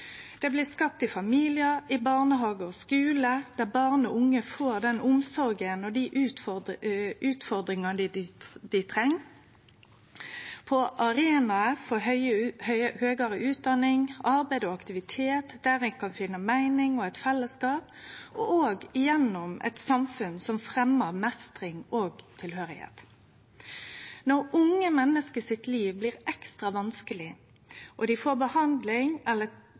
Det blir skapt i familiar, barnehagar og skular der barn og unge får den omsorga og dei utfordringane dei treng, på arenaer for høgare utdanning, arbeid og aktivitet der ein kan finne meining og eit fellesskap, og òg gjennom eit samfunn som fremjar meistring og tilhøyrsle. Når unge menneskes liv blir ekstra vanskeleg, og dei får behandling eller